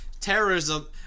terrorism